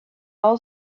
all